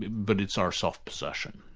but it's our self-possession,